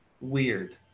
Weird